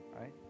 right